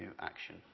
action